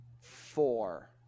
four